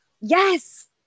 yes